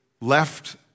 left